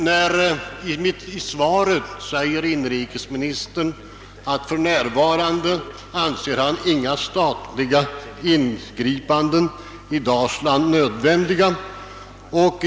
I svaret säger inrikeseminstern att för närvarande anser han inga statliga inflytanden nödvändiga i Dalsland.